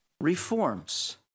reforms